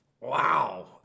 wow